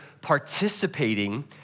participating